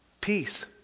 peace